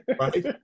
Right